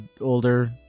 older